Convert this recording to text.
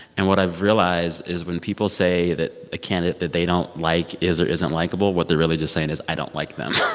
and what i've realized is when people say that a candidate that they don't like is or isn't likeable, what they're really just saying is, i don't like them